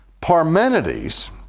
Parmenides